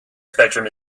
spectrum